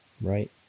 right